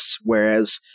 Whereas